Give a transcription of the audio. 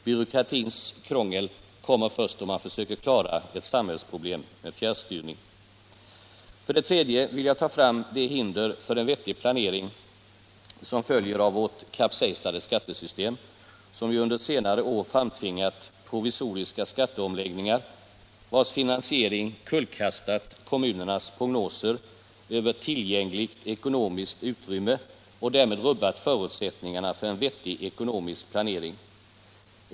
Byråkratins krångel kommer först då man försöker klara ett samhällsproblem med fjärrstyrnirg. För det tredje vill jag ta fram det hinder för en vettig planering som följer av vårt kapsejsade skattesystem, som ju under senare år framtvingat provisoriska skatteomläggningar, vars finansiering kullkastat kommunernas prognoser över tillgängligt ekonomiskt utrymme och därmed rubbat förutsättningarna för en vettig ekonomisk planering.